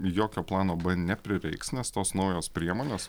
jokio plano neprireiks nes tos naujos priemonės